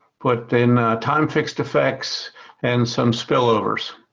put in time fixed effects and some spillovers.